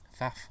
faff